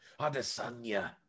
adesanya